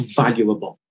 valuable